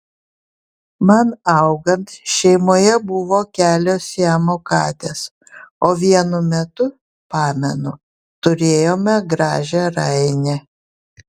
man augant šeimoje buvo kelios siamo katės o vienu metu pamenu turėjome gražią rainę